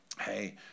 Hey